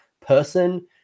person